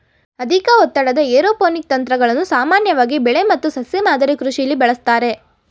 ಅಧಿಕ ಒತ್ತಡದ ಏರೋಪೋನಿಕ್ ತಂತ್ರಗಳನ್ನು ಸಾಮಾನ್ಯವಾಗಿ ಬೆಳೆ ಮತ್ತು ಸಸ್ಯ ಮಾದರಿ ಕೃಷಿಲಿ ಬಳಸ್ತಾರೆ